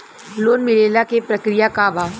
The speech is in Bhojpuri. लोन मिलेला के प्रक्रिया का बा?